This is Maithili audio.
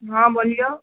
हॅं बोलियौ